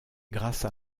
grâce